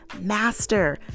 master